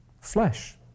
flesh